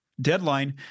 deadline